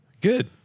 Good